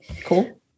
Cool